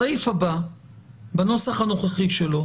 הסעיף הבא בנוסח הנוכחי שלו,